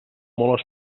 molt